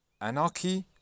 Anarchy